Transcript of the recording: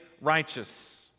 righteous